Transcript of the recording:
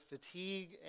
fatigue